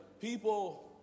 people